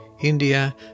India